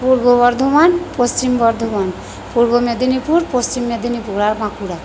পূর্ব বর্ধমান পশ্চিম বর্ধমান পূর্ব মেদিনীপুর পশ্চিম মেদিনীপুর আর বাঁকুড়া